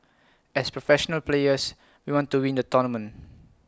as professional players we want to win the tournament